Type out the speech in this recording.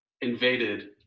invaded